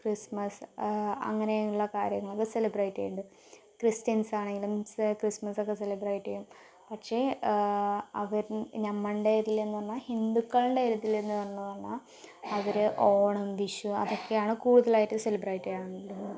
Christmas അങ്ങനെ ഉള്ള കാര്യങ്ങളൊക്കെ സെലിബ്രേറ്റ് ചെയ്യ്ണ്ട് ക്രിസ്ത്യൻസാണെങ്കിലും സ് ക്രിസ്മസ്സൊക്കെ സെലിബ്രേറ്റ് ചെയ്യും പക്ഷേ അവരിൻ ഞങ്ങളുടെ ഇതിലെന്ന് പറഞ്ഞ ഹിന്ദുക്കൾടെ ഒരു ഇതിലെന്ന് പറഞ്ഞ് പറഞ്ഞാൽ അവര് ഓണം വിഷു അതൊക്കെയാണ് കൂടുതലായിട്ടും സെലിബ്രേറ്റ് ചെയ്യാൻ